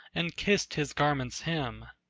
and kissed his garment's hem,